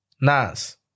Nas